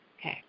Okay